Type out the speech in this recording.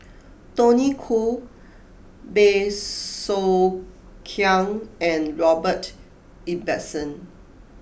Tony Khoo Bey Soo Khiang and Robert Ibbetson